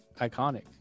iconic